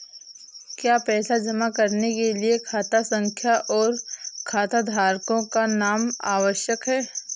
क्या पैसा जमा करने के लिए खाता संख्या और खाताधारकों का नाम आवश्यक है?